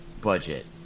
budget